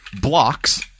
blocks